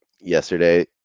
yesterday